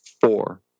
four